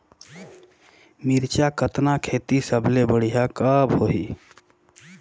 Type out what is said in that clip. मिरचा कतना खेती सबले बढ़िया कब होही?